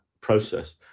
process